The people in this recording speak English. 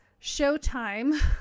Showtime